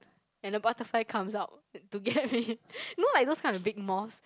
and a butterfly comes out to get me you know those kind like big moths